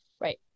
Right